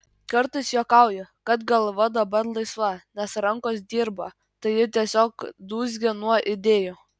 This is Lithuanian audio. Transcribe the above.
kartais juokauju kad galva dabar laisva nes rankos dirba tai ji tiesiog dūzgia nuo idėjų